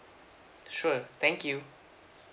sure thank you